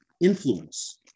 influence